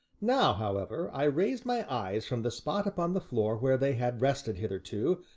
now, however, i raised my eyes from the spot upon the floor where they had rested hitherto,